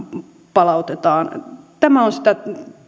palautetaan tämä on sitä